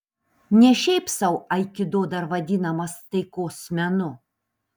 ne šiaip sau aikido dar vadinamas taikos menu